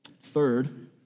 Third